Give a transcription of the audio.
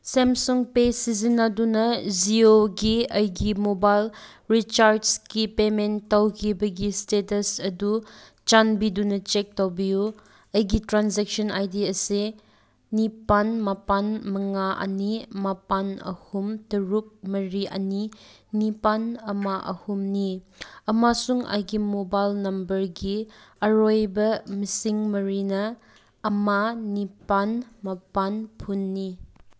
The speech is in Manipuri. ꯁꯦꯝꯁꯨꯡ ꯄꯦ ꯁꯤꯖꯤꯟꯅꯗꯨꯅ ꯖꯤꯌꯣꯒꯤ ꯑꯩꯒꯤ ꯃꯣꯕꯥꯏꯜ ꯔꯤꯆꯥꯔꯖꯀꯤ ꯄꯦꯃꯦꯟ ꯇꯧꯈꯤꯕꯒꯤ ꯏꯁꯇꯦꯇꯁ ꯑꯗꯨ ꯆꯥꯟꯕꯤꯗꯨꯅ ꯆꯦꯛ ꯇꯧꯕꯤꯌꯨ ꯑꯩꯒꯤ ꯇ꯭ꯔꯥꯟꯖꯦꯛꯁꯟ ꯑꯥꯏ ꯗꯤ ꯑꯁꯦ ꯅꯤꯄꯥꯟ ꯃꯥꯄꯟ ꯃꯉꯥ ꯑꯅꯤ ꯃꯥꯄꯟ ꯑꯍꯨꯝ ꯇꯔꯨꯛ ꯃꯔꯤ ꯑꯅꯤ ꯅꯤꯄꯥꯟ ꯑꯃ ꯑꯍꯨꯝꯅꯤ ꯑꯃꯁꯨꯡ ꯑꯩꯒꯤ ꯃꯣꯕꯥꯏꯜ ꯅꯝꯕꯔꯒꯤ ꯑꯔꯣꯏꯕ ꯃꯁꯤꯡ ꯃꯔꯤꯅ ꯑꯃ ꯅꯤꯄꯥꯟ ꯃꯥꯄꯟ ꯐꯨꯟꯅꯤ